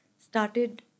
started